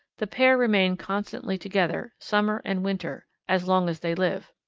the pair remain constantly together, summer and winter, as long as they live.